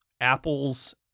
Apple's